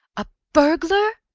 a burglar!